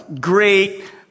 great